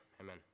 Amen